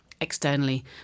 externally